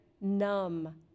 numb